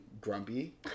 grumpy